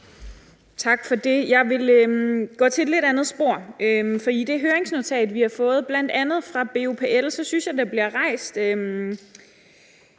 Tak for det. Jeg vil gå ned ad et lidt andet spor. I det høringsnotat, vi har fået, bl.a. fra BUPL, synes jeg, der bliver rejst